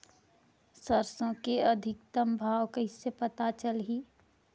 सरसो के अधिकतम भाव कइसे पता चलही?